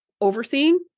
overseeing